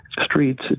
streets